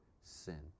sin